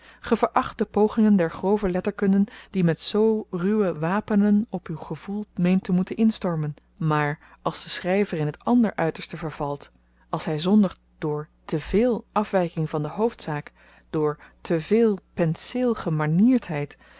de pogingen der grove letterkunde die met zoo ruwe wapenen op uw gevoel meent te moeten instormen maar als de schryver in t ander uiterste vervalt als hy zondigt door te veel afwyking van de hoofdzaak door te veel penseel gemanierdheid